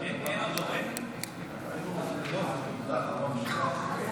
טוב שנכנס חבר הכנסת רון כץ.